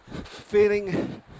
feeling